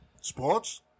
Sports